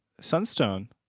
sunstone